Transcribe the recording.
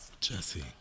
Jesse